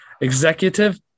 executive